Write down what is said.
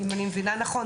אם אני מבינה נכון.